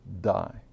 die